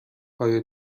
های